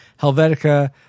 helvetica